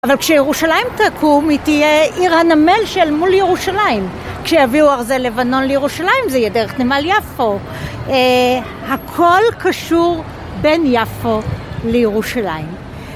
אבל כשירושלים תקום, היא תהיה עיר הנמל של מול ירושלים. כשיביאו ארזי לבנון לירושלים, זה יהיה דרך נמל יפו. הכל קשור בין יפו לירושלים.